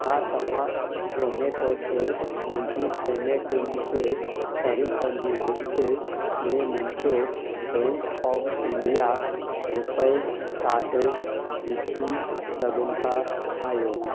छा तव्हां जोमेटो ते मुंहिंजी पेमेटुनि जे तरीक़नि जी लिस्ट में मुंहिंजो बैंक ऑफ इंडिया रूपे कार्ड विझी सघंदा आहियो